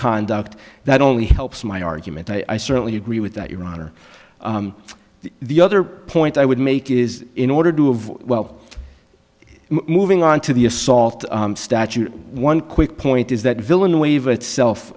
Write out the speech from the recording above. conduct that only helps my argument i certainly agree with that your honor the other point i would make is in order to avoid well moving on to the assault statute one quick point is that villain wave itself